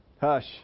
Hush